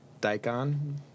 Daikon